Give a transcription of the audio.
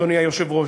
אדוני היושב-ראש.